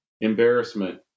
embarrassment